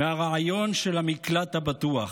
מהרעיון של המקלט הבטוח.